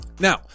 Now